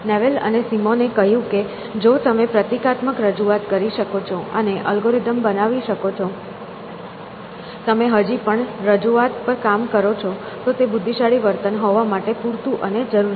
Newell અને Simon એ કહ્યું કે જો તમે પ્રતીકાત્મક રજૂઆત કરી શકો છો અને અલ્ગોરિધમ બનાવી શકો છો તમે હજી પણ રજૂઆત પર કામ કરો છો તો તે બુદ્ધિશાળી વર્તન હોવા માટે પૂરતું અને જરૂરી છે